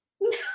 no